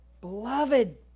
Beloved